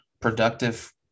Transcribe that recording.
productive